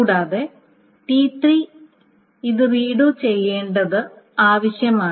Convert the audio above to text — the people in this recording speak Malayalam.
കൂടാതെ T3 ന് ഇത് റീഡൂ ചെയ്യേണ്ടത് ആവശ്യമാണ്